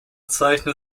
zeichnet